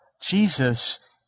Jesus